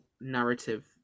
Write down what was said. narrative